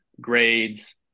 grades